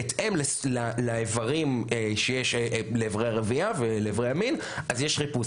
בהתאם לאברים שיש לאברי הרבייה ולאברי המין אז יש חיפוש,